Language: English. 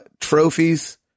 trophies